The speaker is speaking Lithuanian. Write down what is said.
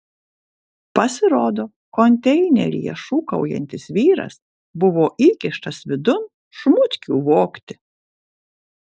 pasirodo konteineryje šūkaujantis vyras buvo įkištas vidun šmutkių vogti